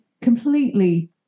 completely